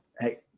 Hey